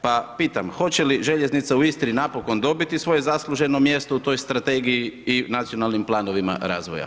Pa pita, hoće li željeznica u Istri napokon dobiti svoje zasluženo mjesto u toj strategiji i nacionalnim planovima razvoja.